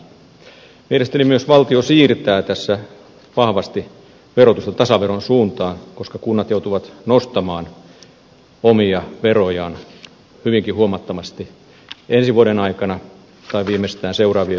mielestäni myös valtio siirtää tässä vahvasti verotusta tasaveron suuntaan koska kunnat joutuvat nostamaan omia verojaan hyvinkin huomattavasti ensi vuoden aikana tai viimeistään seuraavien vuosien aikana